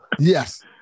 Yes